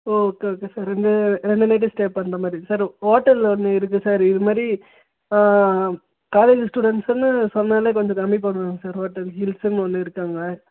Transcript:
ஓ okay okay sir ரெண்டு ரெண்டு night stay பண்ணுற மாதிரி சார் ஹோட்டலில் ஒன்று இருக்கு சார் இது மாதிரி காலேஜு ஸ்டூடெண்ட்ஸுன்னு சொன்னாலே கொஞ்சம் கம்மி பண்ணுவாங்க சார் ஹோட்டல் இதுக்குன்னு ஒன்று இருக்காங்க